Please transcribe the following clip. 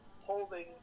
holding